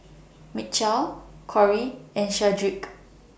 Mitchell Kori and Shedrick